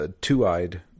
Two-eyed